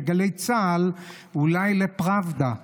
מגלי צה"ל אולי לפראבדה.